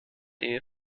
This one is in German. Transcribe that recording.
ehe